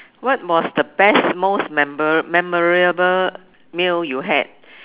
what was the best most memor~ memorable meal you had